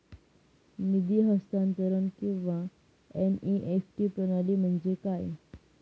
निधी हस्तांतरण किंवा एन.ई.एफ.टी प्रणाली म्हणजे काय?